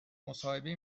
مصاحبه